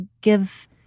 give